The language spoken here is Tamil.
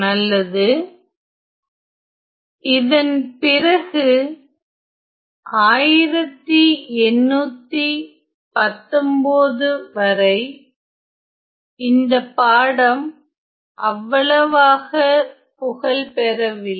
நல்லது இதன் பிறகு 1819 வரை இந்த பாடம் அவ்வளவாக புகழ் பெறவில்லை